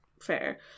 fair